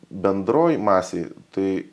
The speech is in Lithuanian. bendroj masėj tai